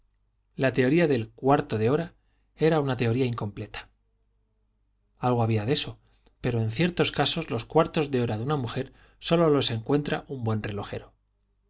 la teoría del cuarto de hora era una teoría incompleta algo había de eso pero en ciertos casos los cuartos de hora de una mujer sólo los encuentra un buen relojero